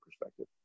perspective